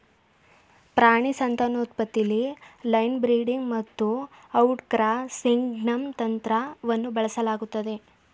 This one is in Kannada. ಪ್ರಾಣಿ ಸಂತಾನೋತ್ಪತ್ತಿಲಿ ಲೈನ್ ಬ್ರೀಡಿಂಗ್ ಮತ್ತುಔಟ್ಕ್ರಾಸಿಂಗ್ನಂತಂತ್ರವನ್ನುಬಳಸಲಾಗ್ತದೆ